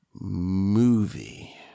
movie